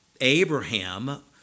Abraham